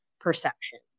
perceptions